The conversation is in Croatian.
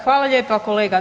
Hvala lijepa kolega.